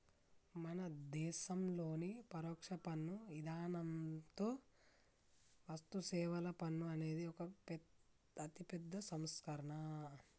మన దేసంలోని పరొక్ష పన్ను ఇధానంతో వస్తుసేవల పన్ను అనేది ఒక అతిపెద్ద సంస్కరణ